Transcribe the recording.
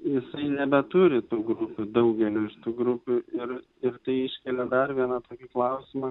jisai nebeturi tų grupių daugelio iš tų grupių ir ir tai iškelia dar vieną tokį klausimą